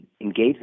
engage